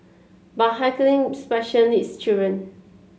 but heckling special needs children